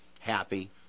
happy